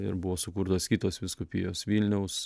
ir buvo sukurtos kitos vyskupijos vilniaus